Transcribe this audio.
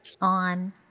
on